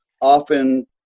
often